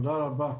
תודה רבה.